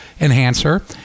enhancer